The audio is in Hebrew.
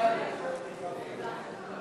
ההסתייגות (20) של קבוצת סיעת